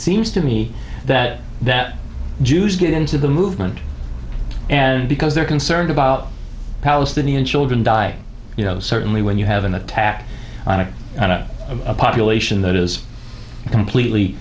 seems to me that that jews get into the movement and because they're concerned about palestinian children dying you know certainly when you have an attack on a population that is completely